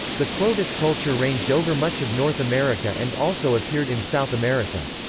the clovis culture ranged over much of north america and also appeared in south america.